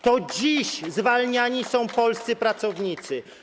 To dziś zwalniani są polscy pracownicy.